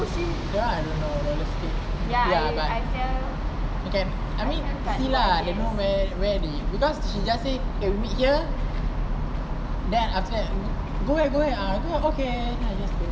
that [one] I don't know roller skate ya but you can I mean you see lah you know know where is because she just said okay we meet here then after that go where go where err okay so I just go